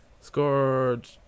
scored